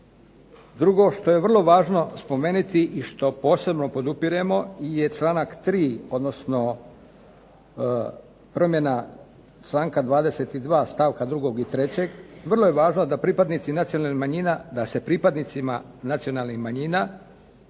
Drugo, što je vrlo važno spomenuti i što posebno podupiremo je članak 3., odnosno promjena članka 22., stavka 2. i 3. – vrlo je važno da se pripadnicima nacionalnih manjina